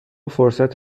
فرصت